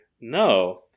no